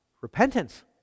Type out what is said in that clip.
Repentance